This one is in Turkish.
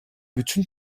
bütün